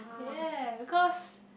ya because